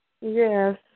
Yes